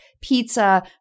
pizza